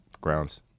grounds